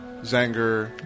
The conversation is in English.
Zanger